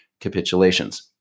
capitulations